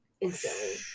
instantly